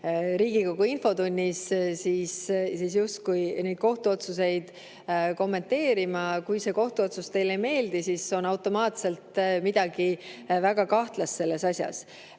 Riigikogu infotunnis justkui neid kohtuotsuseid kommenteerima. Aga kui see kohtuotsus teile ei meeldi, siis on automaatselt midagi väga kahtlast selles asjas.